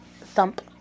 thump